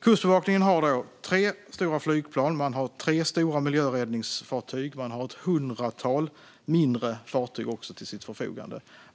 Kustbevakningen har tre stora flygplan, tre stora miljöräddningsfartyg och ett hundratal mindre fartyg till sitt förfogande.